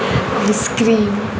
icecream